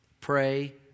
pray